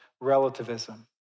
relativism